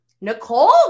Nicole